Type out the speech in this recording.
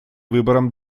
выборам